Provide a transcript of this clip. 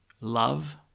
love